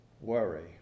Worry